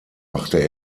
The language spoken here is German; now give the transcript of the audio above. machte